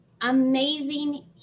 amazing